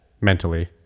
mentally